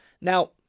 Now